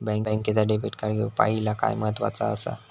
बँकेचा debit card घेउक पाहिले काय महत्वाचा असा?